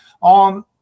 on